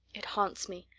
it haunts me.